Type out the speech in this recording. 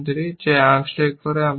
যা আনস্ট্যাক করা একটি b